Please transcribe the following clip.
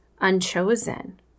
unchosen